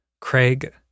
Craig